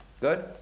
Good